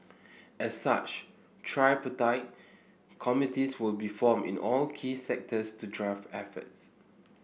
as such tripartite committees will be formed in all key sectors to drive efforts